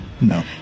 No